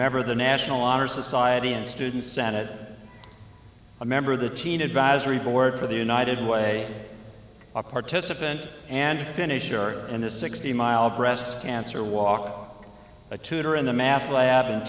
member of the national honor society and student senate a member of the teen advisory board for the united way a participant and finisher in the sixty mile breast cancer walk a tutor in the math lab and